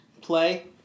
play